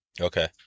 Okay